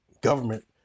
government